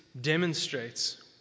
demonstrates